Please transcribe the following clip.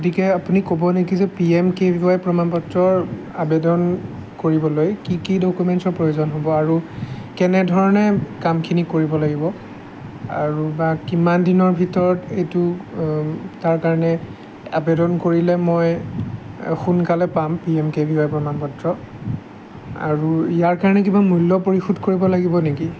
গতিকে আপুনি ক'ব নেকি যে P M K V Y ৰ প্ৰমাণপত্ৰৰ আবেদন কৰিবলৈ কি কি ডকুমেণ্টছৰ প্ৰয়োজন হ'ব আৰু কেনেধৰণে কামখিনি কৰিব লাগিব আৰু বা কিমান দিনৰ ভিতৰত এইটো তাৰ কাৰণে আবেদন কৰিলে মই সোনকালে পাম P M K V Y প্ৰমাণপত্ৰ আৰু ইয়াৰ কাৰণে কিবা মূল্য পৰিশোধ কৰিব লাগিব নেকি